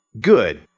good